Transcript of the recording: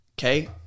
Okay